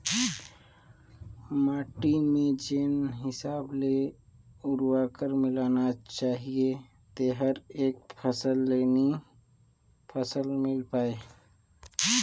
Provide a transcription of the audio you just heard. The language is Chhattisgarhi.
माटी में जेन हिसाब ले उरवरक मिलना चाहीए तेहर एक फसल ले नई फसल मिल पाय